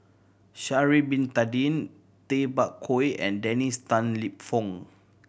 Sha'ari Bin Tadin Tay Bak Koi and Dennis Tan Lip Fong